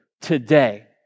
today